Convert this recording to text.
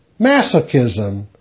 masochism